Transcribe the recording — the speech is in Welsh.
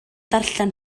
darllen